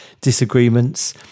disagreements